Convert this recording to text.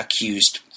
accused